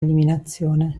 eliminazione